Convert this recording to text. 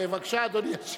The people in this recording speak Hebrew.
בבקשה, אדוני.